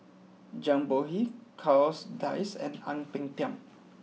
Zhang Bohe Charles Dyce and Ang Peng Tiam